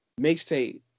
mixtape